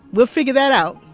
we'll figure that out.